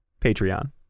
patreon